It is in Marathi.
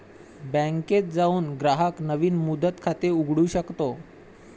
बँकेत जाऊन ग्राहक नवीन मुदत खाते उघडू शकतो